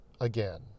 again